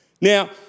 Now